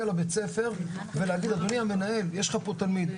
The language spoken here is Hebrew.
לבית-ספר ולהגיד "אדוני המנהל יש לך פה תלמיד",